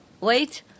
Wait